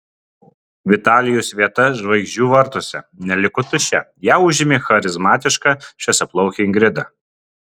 vitalijos vieta žvaigždžių vartuose neliko tuščia ją užėmė charizmatiška šviesiaplaukė ingrida